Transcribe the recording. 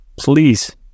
Please